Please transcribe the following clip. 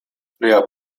lia